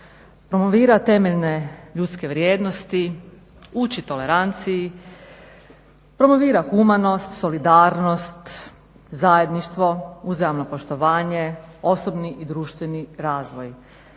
promovira temeljne ljudske vrijednosti, uči toleranciji, promovira humanost, solidarnost, zajedništvo, uzajamno poštovanje, osobni i društveni razvoj.